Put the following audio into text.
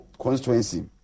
constituency